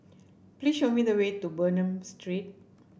please show me the way to Bernam Street